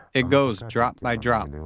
it goes drop by drop, and